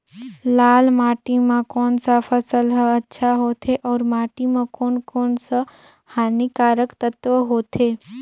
लाल माटी मां कोन सा फसल ह अच्छा होथे अउर माटी म कोन कोन स हानिकारक तत्व होथे?